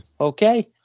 Okay